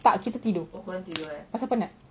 tak kita tidur pasal penat